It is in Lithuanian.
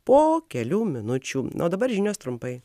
po kelių minučių na o dabar žinios trumpai